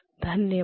धन्यवाद